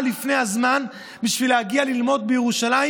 לפני הזמן בשביל להגיע ללמוד בירושלים,